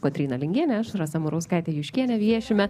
kotryna lingienė aš rasa murauskaitė juškienė viešime